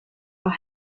are